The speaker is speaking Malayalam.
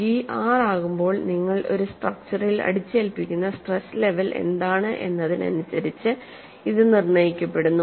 G R ആകുമ്പോൾ നിങ്ങൾ ഒരു സ്ട്രക്ചറിൽ അടിച്ചേൽപ്പിക്കുന്ന സ്ട്രെസ് ലെവൽ എന്താണ് എന്നതിന് അനുസരിച്ച് ഇത് നിർണ്ണയിക്കപ്പെടുന്നു